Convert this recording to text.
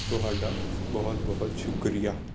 ਤੁਹਾਡਾ ਬਹੁਤ ਬਹੁਤ ਸ਼ੁਕਰੀਆ